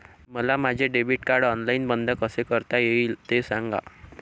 मला माझे debit card online बंद कसे करता येईल, ते सांगा